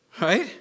Right